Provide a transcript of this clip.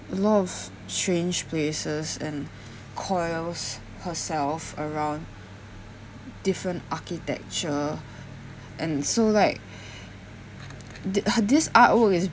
a lot of strange places and coils herself around different architecture and so like thi~ he~ this artwork is